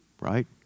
right